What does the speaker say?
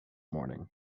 morning